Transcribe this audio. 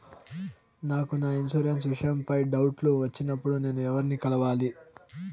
నాకు నా ఇన్సూరెన్సు విషయం పై డౌట్లు వచ్చినప్పుడు నేను ఎవర్ని కలవాలి?